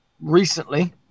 recently